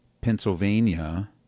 Pennsylvania